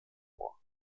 vor